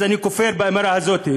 אז אני כופר באמירה הזאת.